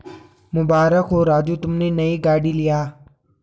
मुबारक हो राजू तुमने नया गाड़ी लिया